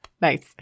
Nice